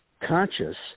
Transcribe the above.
conscious